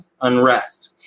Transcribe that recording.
unrest